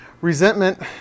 Resentment